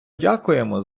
дякуємо